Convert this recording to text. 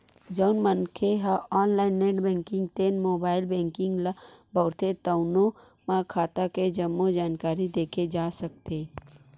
जउन मनखे ह ऑनलाईन नेट बेंकिंग ते मोबाईल बेंकिंग ल बउरथे तउनो म खाता के जम्मो जानकारी देखे जा सकथे